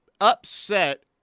upset